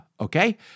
okay